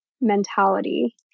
mentality